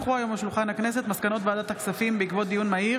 הונחו היום על שולחן הכנסת מסקנות ועדת הכספים בעקבות דיון מהיר